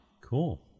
Cool